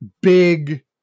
big